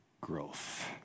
growth